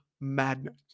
madness